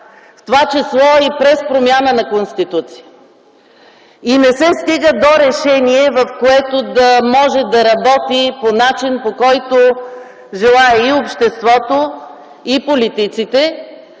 в това число и през промяна на Конституцията, но не се стига до решение, по което да може да работи по начин, по който желаят обществото и политиците,